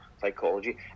psychology